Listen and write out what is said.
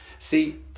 See